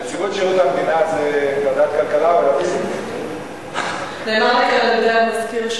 נציבות שירות המדינה זה ועדת כלכלה נאמר לי כאן על-ידי סגן המזכירה